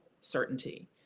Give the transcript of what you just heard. certainty